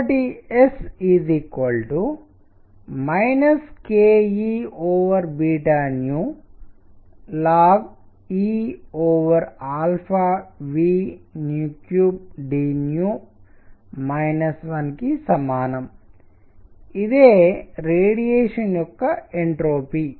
కాబట్టి S kEln 1కి సమానం ఇదే రేడియేషన్ యొక్క ఎంట్రోపి